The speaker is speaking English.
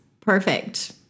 perfect